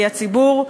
כי הציבור,